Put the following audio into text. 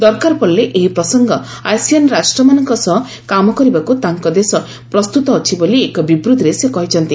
ଦରକାର ପଡ଼ିଲେ ଏହି ପ୍ରସଙ୍ଗ ଆସିଆନ୍ ରାଷ୍ଟ୍ରମାନଙ୍କ ସହ କାମ କରିବାକୁ ତାଙ୍କ ଦେଶ ପ୍ରସ୍ତୁତ ଅଛି ବୋଲି ଏକ ବିବୃତ୍ତିରେ ସେ କହିଛନ୍ତି